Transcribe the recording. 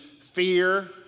fear